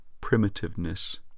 primitiveness